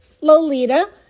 Lolita